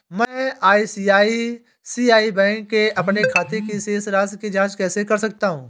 मैं ICICI bank के अपने खाते की शेष राशि की जाँच कैसे कर सकता हूँ?